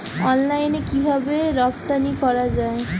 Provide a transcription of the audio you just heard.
অনলাইনে কিভাবে রপ্তানি করা যায়?